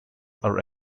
are